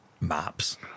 Maps